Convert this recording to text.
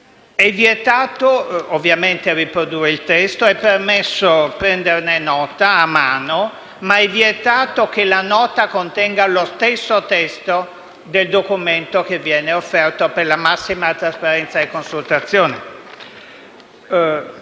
È vietato, ovviamente, riprodurre il testo, è permesso prenderne nota a mano, ma è vietato che la nota contenga lo stesso testo del documento che viene offerto per la massima trasparenza e consultazione.